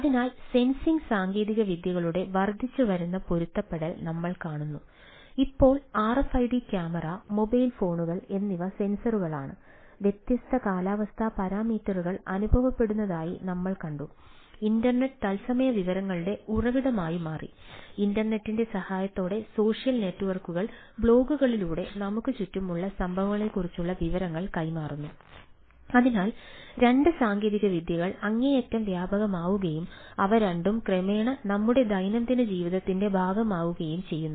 അതിനാൽ സെൻസിംഗ് നമുക്ക് ചുറ്റുമുള്ള സംഭവങ്ങളെക്കുറിച്ചുള്ള വിവരങ്ങൾ കൈമാറുന്നു അതിനാൽ 2 സാങ്കേതികവിദ്യകൾ അങ്ങേയറ്റം വ്യാപകമാവുകയും അവ രണ്ടും ക്രമേണ നമ്മുടെ ദൈനംദിന ജീവിതത്തിന്റെ ഭാഗമാവുകയും ചെയ്യുന്നു